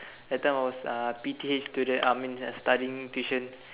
that time I was uh P_T_H student I mean uh studying tuition